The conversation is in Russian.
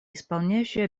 исполняющий